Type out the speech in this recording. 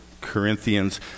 Corinthians